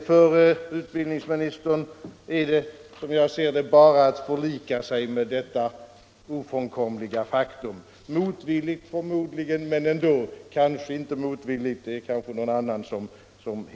För utbildningsministern är det, som jag ser saken, bara att förlika sig med detta ofrånkomliga faktum, motvilligt förmodligen, men — Nr 41 ändå — kanske inte motvilligt. Det är måhända någon annan som hindrar.